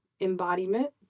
embodiment